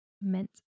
meant